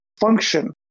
function